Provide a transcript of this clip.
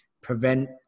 prevent